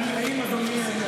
חנה בבלי.